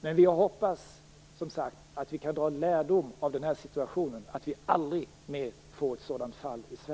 Men vi hoppas som sagt att vi kan dra lärdom av den här situationen, att vi aldrig mer får ett sådant fall i Sverige.